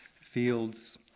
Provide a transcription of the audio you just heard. fields